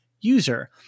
user